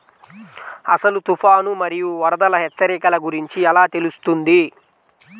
అసలు తుఫాను మరియు వరదల హెచ్చరికల గురించి ఎలా తెలుస్తుంది?